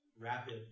rapid